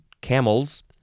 camels